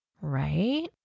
Right